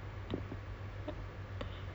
jurong shady ah jurong